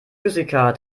physiker